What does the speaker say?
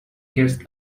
guest